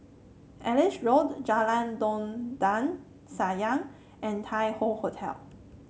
Ellis Road Jalan Dondang Sayang and Tai Hoe Hotel